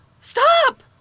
Stop